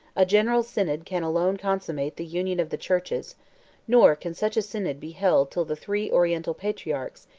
a general synod can alone consummate the union of the churches nor can such a synod be held till the three oriental patriarchs,